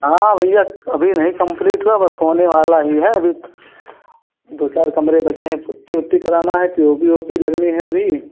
हाँ भैया अभी नहीं कंप्लीट हुआ बस होने वाला ही है अभी दो चार कमरे बचे हैं पुट्टी वुट्टी कराना है पी ओ पी वोपी लगनी है अभी